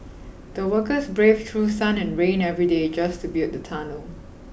the workers braved through sun and rain every day just to build the tunnel